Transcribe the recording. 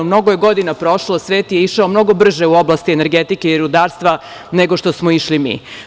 Mnogo je godina prošlo, svet je išao mnogo brže u oblasti energetike i rudarstva, nego što smo išli mi.